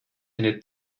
eine